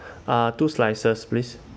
uh two slices please